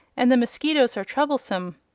and the mosquitoes are troublesome.